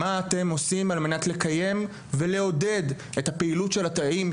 מה אתם עושים על מנת לקיים ולעודד את הפעילות של התאים,